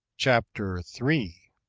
chapter three.